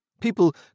People